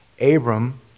Abram